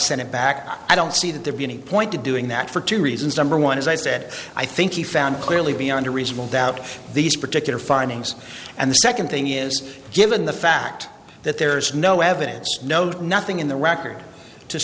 send him back i don't see that there be any point to doing that for two reasons number one as i said i think he found clearly beyond a reasonable doubt these particular findings and the second thing is given the fact that there's no evidence no nothing in the record to